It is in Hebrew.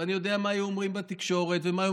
ואני יודע מה היו אומרים בתקשורת ומה היו